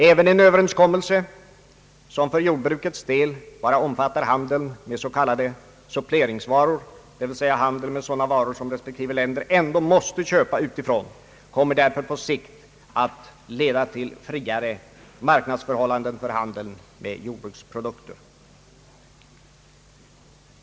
även en överenskommelse som för jordbrukets del bara omfattar handeln med s.k. suppleringsvaror, dvs. handeln med sådana varor som respektive länder ändå måste köpa utifrån, kommer därför på sikt att leda till friare marknadsförhållanden för handeln med jordbruksprodukter.